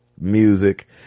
music